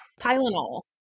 Tylenol